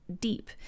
deep